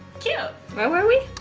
cute! where were we?